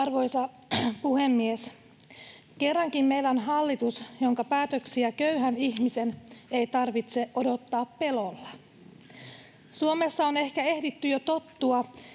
Arvoisa puhemies! Kerrankin meillä on hallitus, jonka päätöksiä köyhän ihmisen ei tarvitse odottaa pelolla. Suomessa on ehkä ehditty jo tottua